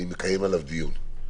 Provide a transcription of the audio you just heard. אני מקיים עליו דיון.